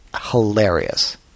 hilarious